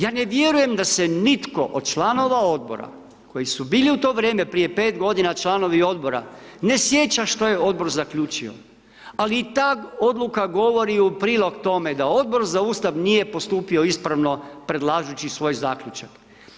Ja ne vjerujem da se nitko od članova odbora koji su bili u to vrijeme prije 5 godina članovi odbora ne sjeća što je odbor zaključio, ali i ta odluka govori u prilog tome da Odbor za ustav nije postupio ispravno predlažući svoj zaključak.